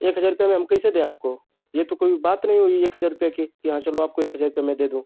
एक हज़ार रुपये में हम कैसे दें आपको यह तो कोई बात नहीं हुई एक हज़ार रुपये की कि हाँ चलो आपको एक हज़ार रुपया मैं दे दूँ